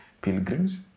pilgrims